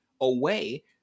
away